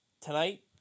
Tonight